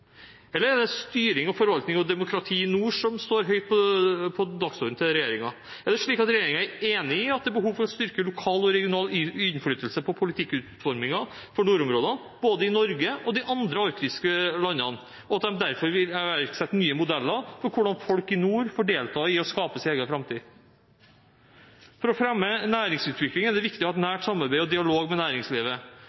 Eller er det styring, forvaltning og demokrati i nord som står høyt på dagsordenen til regjeringen? Er det slik at regjeringen er enig i at det er behov for å styrke lokal og regional innflytelse på politikkutformingen for nordområdene både i Norge og i de andre arktiske landene, og at de derfor vil iverksette nye modeller for hvordan folk i nord får delta i å skape sin egen framtid? For å fremme næringsutvikling er det viktig å ha et